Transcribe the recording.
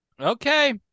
Okay